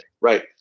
Right